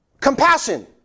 compassion